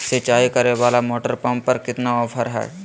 सिंचाई करे वाला मोटर पंप पर कितना ऑफर हाय?